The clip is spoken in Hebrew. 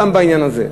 גם בעניין הזה,